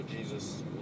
Jesus